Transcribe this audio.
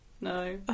No